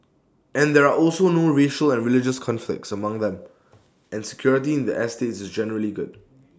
and there are also no racial and religious conflicts among them and security in the estates is generally good